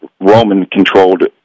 Roman-controlled